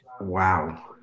Wow